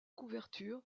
couverture